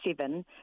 seven